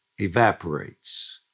evaporates